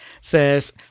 says